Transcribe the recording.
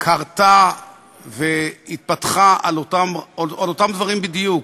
קרתה והתפתחה על אותם דברים בדיוק,